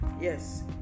yes